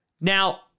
Now